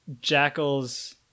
jackal's